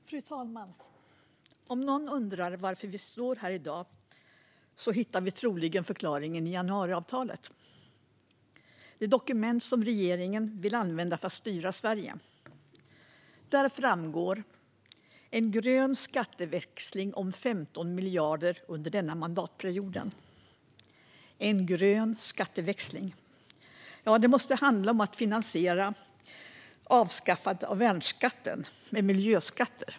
Fru talman! Om någon undrar varför vi står här i dag hittar vi troligen förklaringen i januariavtalet, det dokument som regeringen vill använda för att styra Sverige. Där framgår det att en grön skatteväxling om 15 miljarder ska göras under denna mandatperiod. En "grön" skatteväxling? Ja, det måste väl handla om att finansiera avskaffandet av värnskatten med miljöskatter.